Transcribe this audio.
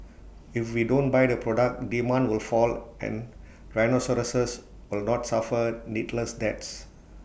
if we don't buy the product demand will fall and rhinoceroses will not suffer needless deaths